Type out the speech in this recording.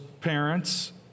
parents